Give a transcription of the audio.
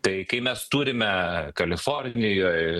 tai kai mes turime kalifornijoj